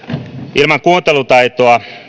ilman kuuntelutaitoa